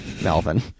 Melvin